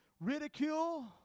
ridicule